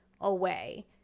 away